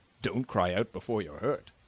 don't cry out before you're hurt!